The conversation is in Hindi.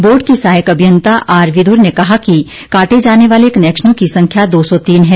बोर्ड के सहायक अभियंता आर विदुर ने कहा कि काटे जाने वाले कनेक्शनों की संख्या दो सौ तीन है